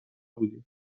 بودیم